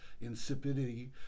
insipidity